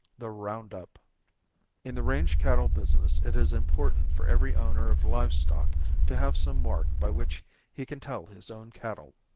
the round-up in the range cattle business it is important for every owner of live stock to have some mark by which he can tell his own cattle.